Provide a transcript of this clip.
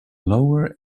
lower